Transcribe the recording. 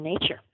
nature